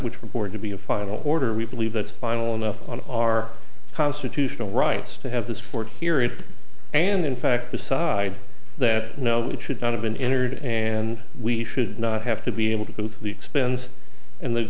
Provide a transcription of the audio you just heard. which reported to be a final order we believe that's final enough on our constitutional rights to have this for to hear it and in fact decide that no we should not have been entered and we should not have to be able to go to the expense and the